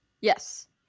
yes